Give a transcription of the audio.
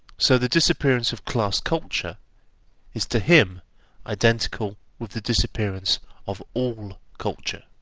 so the disappearance of class culture is to him identical with the disappearance of all culture.